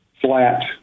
flat